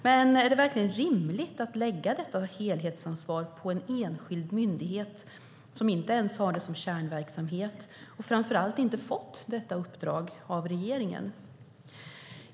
Men är det verkligen rimligt att lägga detta helhetsansvar på en enskild myndighet som inte ens har det som kärnverksamhet och framför allt inte fått detta uppdrag av regeringen?